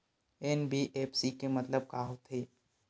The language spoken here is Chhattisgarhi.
एन.बी.एफ.सी के मतलब का होथे?